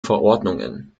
verordnungen